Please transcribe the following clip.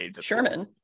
Sherman